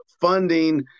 funding